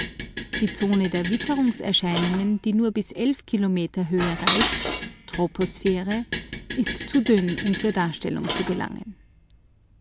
die zone der witterungserscheinungen die nur bis kilometer höhe reicht troposphäre ist zu dünn um zur darstellung zu gelangen